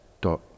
dot